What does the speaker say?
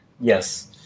Yes